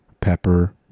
pepper